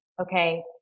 okay